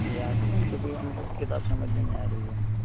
یہ آتے ہیں تو بھی مطلب کتاب سمجھ میں نہیں آ رہی ہے